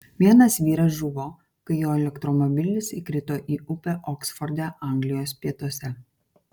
vienas vyras žuvo kai jo elektromobilis įkrito į upę oksforde anglijos pietuose